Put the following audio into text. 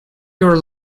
your